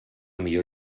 millor